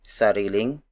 sariling